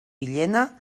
villena